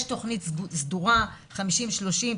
יש תוכנית סדורה 5030,